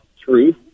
truth